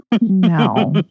No